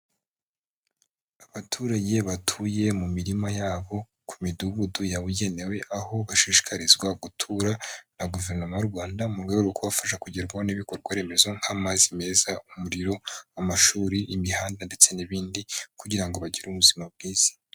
Abaturage batuye mu mirima yabo ku midugudu yabugenewe, aho bashishikarizwa gutura na guverinoma y'u Rwanda mu rwe rwo kubafasha kugerwaho n'ibikorwa remezo nk'amazi meza, umuriro, amashuri, imihanda ndetse n'ibindi kugira ngo bagire ubuzima bwiza.